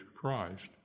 Christ